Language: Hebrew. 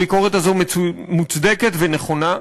הביקורת הזאת מוצדקת ונכונה,